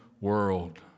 world